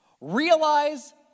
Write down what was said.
Realize